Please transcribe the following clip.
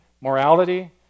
morality